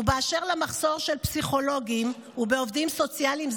ואשר למחסור בפסיכולוגים ובעובדים סוציאליים,